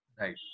Right